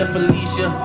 Felicia